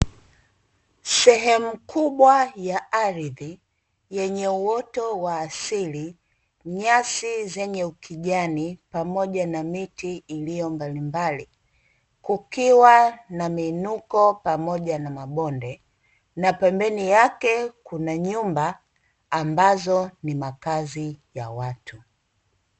Sehemu kubwa ya ardhi yenye uoto wa asili, nyasi zenye ukijani, pamoja na miti iliyo mbalimbali, kukiwa na miinuko pamoja na mabonde, na pembeni yake kuna nyumba ambazo ni makazi ya watu.